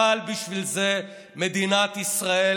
אבל בשביל זה מדינת ישראל